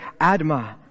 Adma